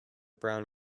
brown